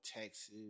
Texas